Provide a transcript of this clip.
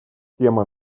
тема